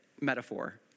metaphor